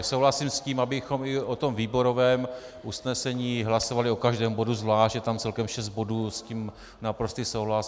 Souhlasím s tím, abychom i o tom výborovém usnesení hlasovali o každém bodu zvlášť, je tam celkem šest bodů, s tím naprostý souhlas.